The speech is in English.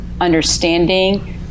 understanding